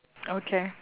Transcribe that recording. okay